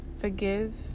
Forgive